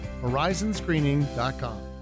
Horizonscreening.com